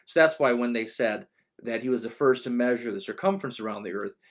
that's why when they said that he was the first to measure the circumference around the earth,